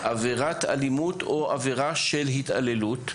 עבירת אלימות או עבירה של התעללות,